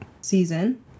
season